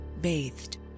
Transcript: bathed